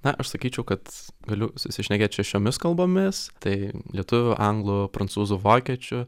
na aš sakyčiau kad galiu susišnekėt šešiomis kalbomis tai lietuvių anglų prancūzų vokiečių